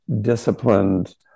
disciplined